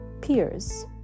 peers